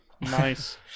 Nice